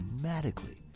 dramatically